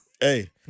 Hey